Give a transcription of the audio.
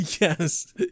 Yes